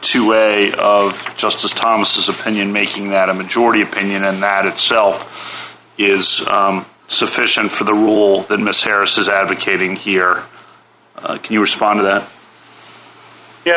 two way of justice thomas opinion making that a majority opinion and that itself is sufficient for the rule that miss harris is advocating here can you respond to that ye